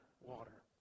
water